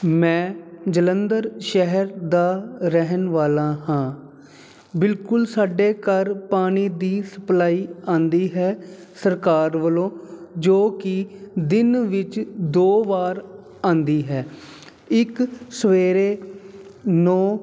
ਮੈਂ ਜਲੰਧਰ ਸ਼ਹਿਰ ਦਾ ਰਹਿਣ ਵਾਲਾ ਹਾਂ ਬਿਲਕੁਲ ਸਾਡੇ ਘਰ ਪਾਣੀ ਦੀ ਸਪਲਾਈ ਆਉਂਦੀ ਹੈ ਸਰਕਾਰ ਵੱਲੋਂ ਜੋ ਕਿ ਦਿਨ ਵਿੱਚ ਦੋ ਵਾਰ ਆਉਂਦੀ ਹੈ ਇੱਕ ਸਵੇਰੇ ਨੋ